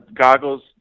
goggles